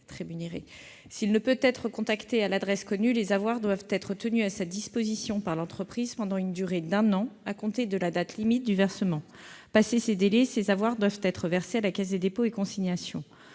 S'il ne peut être contacté à l'adresse connue, les avoirs doivent être tenus à sa disposition par l'entreprise pendant une durée d'un an à compter de la date limite du versement. Passé ces délais, ces avoirs doivent être versés à la Caisse des dépôts et consignations.